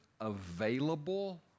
available